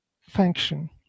function